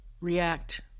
react